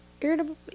Irritable